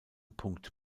punkt